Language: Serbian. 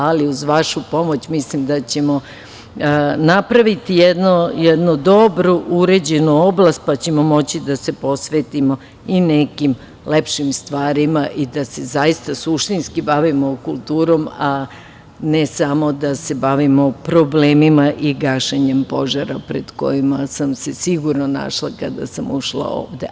Ali, uz vašu pomoć, mislim da ćemo napraviti jednu dobro uređenu oblast pa ćemo moći da se posvetimo i nekim lepšim stvarima i da se zaista suštinski bavimo kulturom, a ne samo da se bavimo problemima i gašenjem požara pred kojima sam se sigurno našla kada sam ušla ovde.